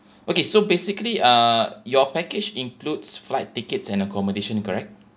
okay so basically uh your package includes flight tickets and accommodation correct